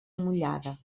mullada